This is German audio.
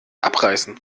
abreißen